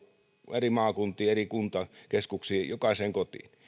eri maakuntiin eri kuntakeskuksiin jokaiseen kotiin